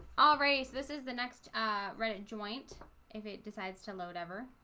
all race. this is the next ah reddit joint if it decides to load ever